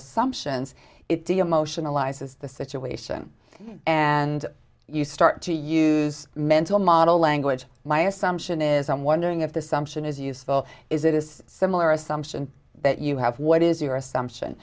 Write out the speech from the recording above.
assumptions it via motion allies is the situation and you start to use mental model language my assumption is i'm wondering if this sumption is useful is it is similar assumption that you have what is your assumption